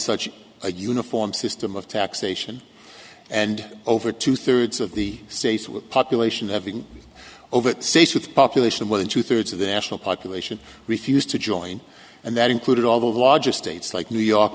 such a uniform system of taxation and over two thirds of the states with population having overt states with population within two thirds of the national population refused to join and that included all the largest states like new york